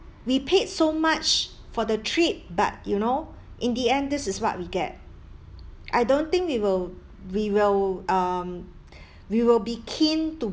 we paid so much for the trip but you know in the end this is what we get I don't think we will we will um we will be keen to